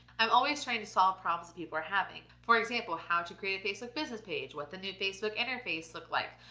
i'm always trying to solve problems people are having. for example, how to create a facebook business page? what the new facebook interface look like?